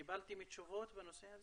קיבלתם תשובות בנושא הזה?